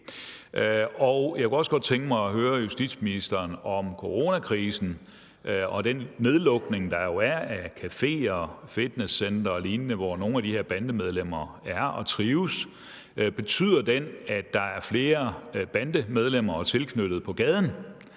Jeg kunne også godt tænke mig som punkt 2 at spørge justitsministeren, om coronakrisen og om den nedlukning, der er af cafeer, fitnesscentre og lignende, hvor nogle af de her bandemedlemmer kommer og trives, betyder, at der er flere bandemedlemmer og andre tilknyttet banderne